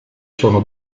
sono